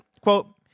Quote